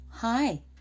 Hi